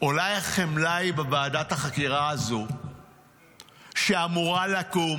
אולי החמלה היא בוועדת החקירה הזו שאמורה לקום